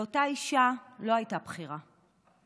לאותה אישה לא הייתה בחירה.